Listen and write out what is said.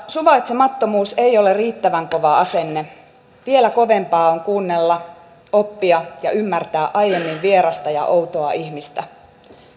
suvaitsemattomuus ei ole riittävän kova asenne vielä kovempaa on kuunnella oppia ja ymmärtää aiemmin vierasta ja outoa ihmistä